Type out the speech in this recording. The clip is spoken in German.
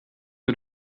und